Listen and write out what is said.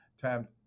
time